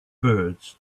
birds